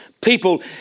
people